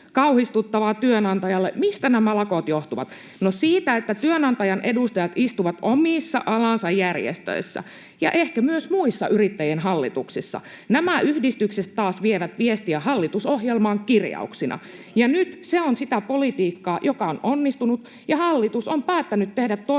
kauhistuttavaa työnantajalle, mistä nämä lakot johtuvat. No siitä, että työnantajan edustajat istuvat omissa alansa järjestöissä ja ehkä myös muissa yrittäjien hallituksissa ja nämä yhdistykset taas vievät viestiä hallitusohjelmaan kirjauksina. Ja nyt se on sitä politiikkaa, joka on onnistunut, ja hallitus on päättänyt tehdä toimia,